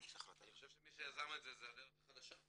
אני חושב שמי שיזם את זה זו הדרך החדשה.